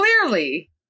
Clearly